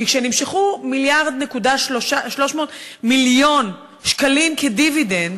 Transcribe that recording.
כי כשנמשכו מיליארד ו-300 מיליון שקלים כדיבידנד,